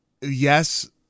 yes